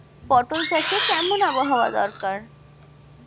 পটল চাষে কেমন আবহাওয়া দরকার?